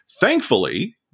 Thankfully